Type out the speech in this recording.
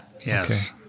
yes